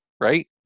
Right